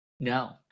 No